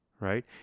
right